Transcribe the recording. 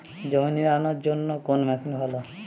জমি নিড়ানোর জন্য কোন মেশিন ভালো?